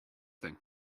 thing